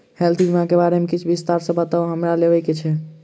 Health बीमा केँ बारे किछ विस्तार सऽ बताउ हमरा लेबऽ केँ छयः?